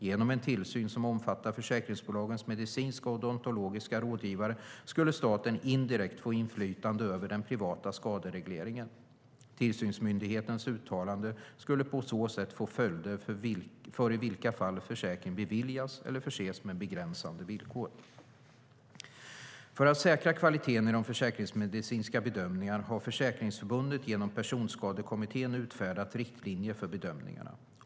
Genom en tillsyn som omfattar försäkringsbolagens medicinska och odontologiska rådgivare skulle staten indirekt få inflytande över den privata skaderegleringen. Tillsynsmyndighetens uttalande skulle på så sätt få följder för i vilka fall försäkring beviljas eller förses med begränsade villkor. För att säkra kvaliteten i de försäkringsmedicinska bedömningarna har Försäkringsförbundet genom Personskadekommittén utfärdat riktlinjer för bedömningarna.